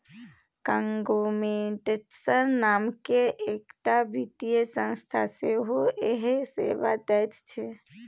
conglomerates नामकेँ एकटा वित्तीय संस्था सेहो इएह सेवा दैत छै